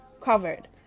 covered